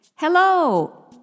Hello